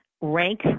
rank